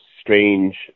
strange